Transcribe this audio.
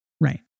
Right